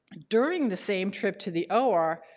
during the same trip to the or,